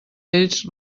vells